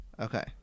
Okay